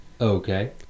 Okay